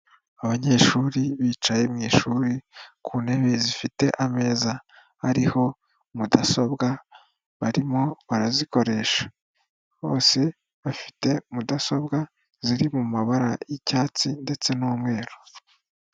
Abanyeshuri bicaye mu ishuri ku ntebe zifite ameza ariho mudasobwa barimo barazikoresha, bose bafite mudasobwa ziri mu mabara y'icyatsi ndetse n'umweru.